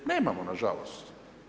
Nemamo, nažalost.